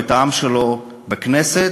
את העם שלו בכנסת,